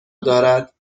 دارد